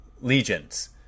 legions